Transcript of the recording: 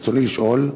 רצוני לשאול: